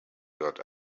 got